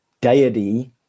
deity